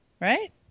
right